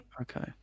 okay